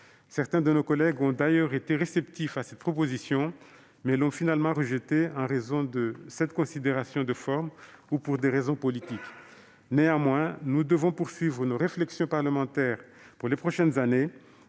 Certains de nos collègues ont d'ailleurs été réceptifs à cette proposition, mais l'ont finalement rejetée en raison de cette considération de forme ou pour des raisons politiques. Toujours est-il que nous devrons poursuivre nos réflexions parlementaires dans les prochaines années